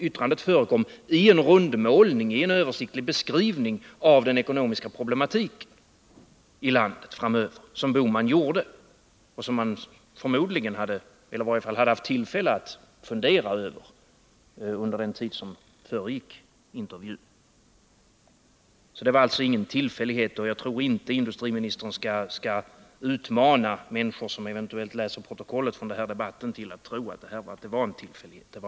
Yttrandet förekom i en rundmålning, i en översiktlig beskrivning av den ekonomiska problematiken i landet, och han hade förmodligen haft tid att fundera över det under den tid som föregick intervjun. Det var alltså ingen tillfällighet att herr Bohman sade så. Jag tror inte att industriministern skall utmana människor som eventuellt läser protokollet från den här debatten till att tro att det var en tillfällighet.